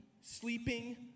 sleeping